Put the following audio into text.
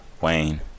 Wayne